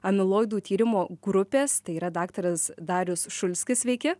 amiloidų tyrimo grupės tai yra daktaras darius šulskis sveiki